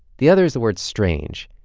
the other is the word strange,